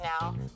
now